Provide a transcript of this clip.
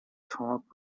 talk